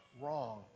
wrong